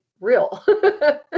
real